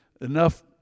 enough